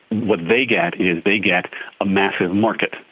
what they get is they get a massive market,